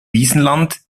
wiesland